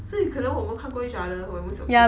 so 有可能我们看过 each other 我们小时候